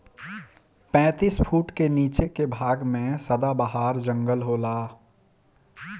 पैतीस फुट के नीचे के भाग में सदाबहार जंगल होला